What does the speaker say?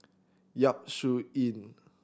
Yap Su Yin